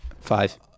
Five